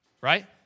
right